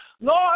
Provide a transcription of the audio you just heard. Lord